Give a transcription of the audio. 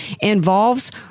involves